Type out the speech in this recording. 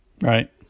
Right